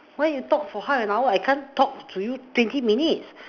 why you talk for half an hour I can't talk to you twenty minutes